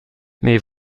mais